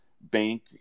bank